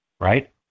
right